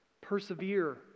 Persevere